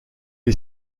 est